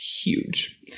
Huge